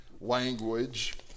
language